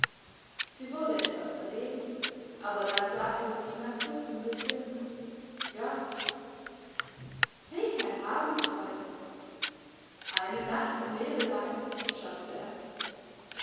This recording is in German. sie wurde etwas verlegen aber dann sagte sie nach kurzem besinnen ja welch ein abenteuer eine nacht in nebelheim scherzte er